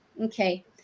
okay